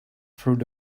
through